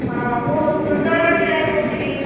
ହଁ ମୁଁ ସୁନ୍ଦରଗଡ଼ ଜିଲ୍ଲାରୁ କହୁଥିଲି